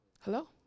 Hello